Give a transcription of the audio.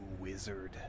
Wizard